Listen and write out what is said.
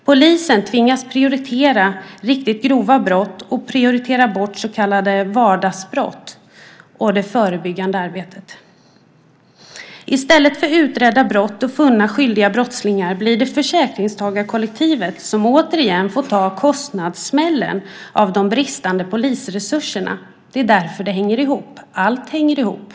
Polisen tvingas prioritera riktigt grova brott och prioritera bort så kallade vardagsbrott och det förebyggande arbetet. I stället för utredda brott och funna skyldiga brottslingar blir det försäkringstagarkollektivet som återigen får ta kostnadssmällen för de bristande polisresurserna. Det är därför det hänger ihop. Allt hänger ihop.